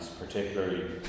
Particularly